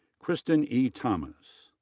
kristen e. thomas.